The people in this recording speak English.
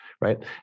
Right